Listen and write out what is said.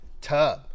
tub